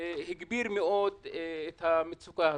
הגביר מאוד את המצוקה הזאת.